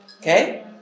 Okay